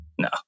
No